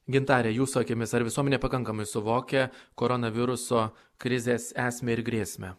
gintare jūsų akimis ar visuomenė pakankamai suvokia koronaviruso krizės esmę ir grėsmę